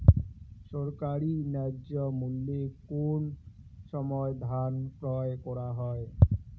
সরকারি ন্যায্য মূল্যে কোন সময় ধান ক্রয় করা হয়?